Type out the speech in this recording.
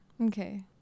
Okay